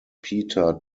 peter